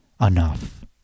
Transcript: enough